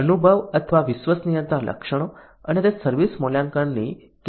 અનુભવ અથવા વિશ્વસનીયતા લક્ષણો અને તે સર્વિસ મૂલ્યાંકનને કેવી રીતે અસર કરે છે